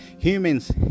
Humans